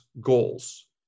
goals